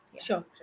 Sure